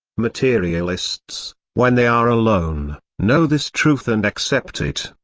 materialists, when they are alone, know this truth and accept it.